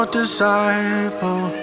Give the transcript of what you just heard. disciple